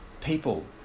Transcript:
people